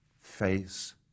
face